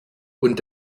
und